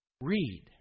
Read